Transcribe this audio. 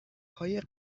های